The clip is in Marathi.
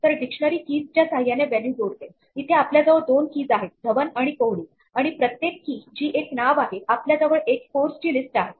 तर डिक्शनरी किज च्या सहाय्याने व्हॅल्यू जोडते इथे आपल्याजवळ दोन किजआहेत धवन आणि कोहली आणि प्रत्येक कि जी एक नाव आहे आपल्याजवळ एक स्कोरस ची लिस्ट आहे